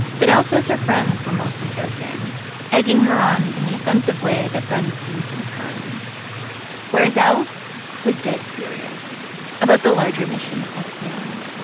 but l says her friends were mostly joking egging her on in the offensive way that friends do sometimes whereas l was dead serious about the larger mission at hand